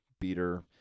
beater